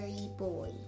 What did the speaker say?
Boy